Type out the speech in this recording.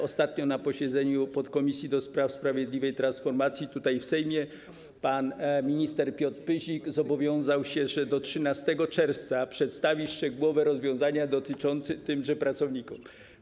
Ostatnio na posiedzeniu podkomisji do spraw sprawiedliwej transformacji tutaj, w Sejmie, pan minister Piotr Pyzik zobowiązał się, że do 13 czerwca przedstawi szczegółowe rozwiązania dotyczące tychże pracowników.